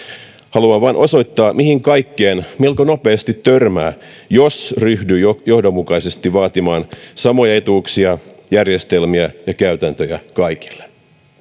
haluan vain osoittaa mihin kaikkeen melko nopeasti törmää jos ryhtyy johdonmukaisesti vaatimaan samoja etuuksia järjestelmiä ja käytäntöjä kaikille